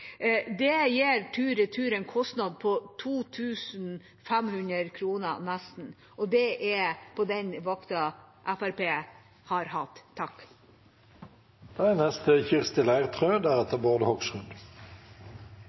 Det gir tur-retur en kostnad på nesten 2 500 kr – og det er på den vakta Fremskrittspartiet har hatt. Det er